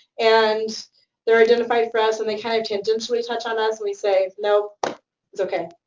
and they're identified for us, and they kind of tangentially touch on us, and we say, nope. it's okay.